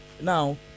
now